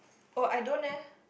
oh I don't eh